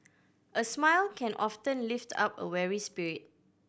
a smile can often lift up a weary spirit